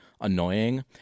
annoying